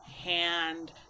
hand